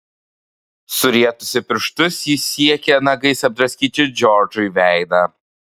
surietusi pirštus ji siekė nagais apdraskyti džordžui veidą